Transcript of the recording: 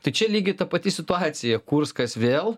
tai čia lygiai ta pati situacija kurskas vėl